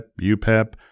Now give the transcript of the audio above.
UPEP